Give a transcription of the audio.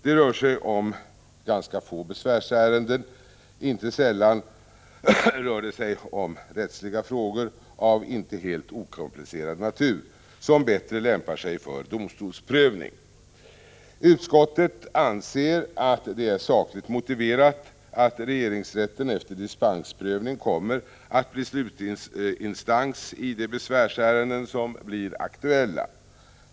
Det rör sig om ganska få besvärsärenden, och inte sällan är 53 det rättsliga frågor av inte helt okomplicerad natur, som bättre lämpar sig för domstolsprövning. Utskottet anser att det är sakligt motiverat att regeringsrätten efter dispensprövning kommer att bli slutinstans i de besvärsärenden som blir aktuella.